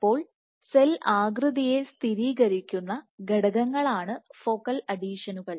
അപ്പോൾസെൽ ആകൃതിയെ സ്ഥിരീകരിക്കുന്ന ഘടകങ്ങളാണ് ഫോക്കൽ അഡീഷനുകൾ